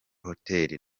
hotel